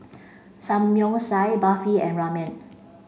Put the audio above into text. Samgyeopsal Barfi and Ramen